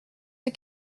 ces